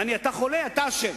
יעני, אתה חולה, אתה אשם,